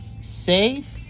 Safe